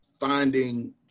finding